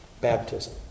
Baptism